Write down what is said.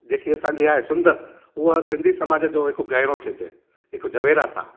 जेकी असांजी आहे सुंदर उहा सिंधी सामाज जो हिक गहेणो चइजे हिक जवेरात आहे